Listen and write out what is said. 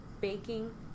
baking